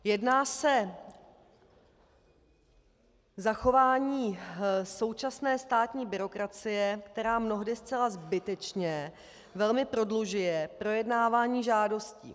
Jedná se o zachování současné státní byrokracie, která mnohdy zcela zbytečně velmi prodlužuje projednávání žádostí.